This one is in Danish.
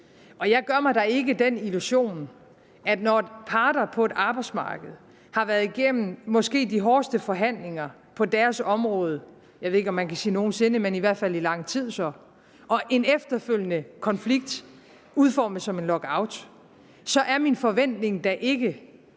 Og jeg gør mig da ikke den illusion, når parter på et arbejdsmarked har været igennem måske de hårdeste forhandlinger på deres område – jeg ved ikke, om man kan sige nogen sinde, men så i hvert fald i lang tid – og en efterfølgende konflikt udformes som en lockout, at de parter så kan